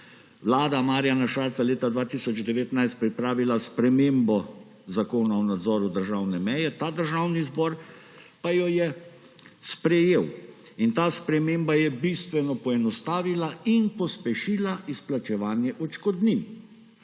vlada Marjana Šarca leta 2019 pripravila spremembo Zakona o nadzoru državne meje, ta državni zbor pa jo je sprejel. In ta sprememba je bistveno poenostavila in pospešila izplačevanje odškodnin.